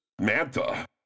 Manta